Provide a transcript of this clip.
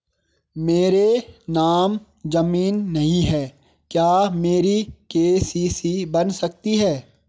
मेरे नाम ज़मीन नहीं है क्या मेरी के.सी.सी बन सकती है?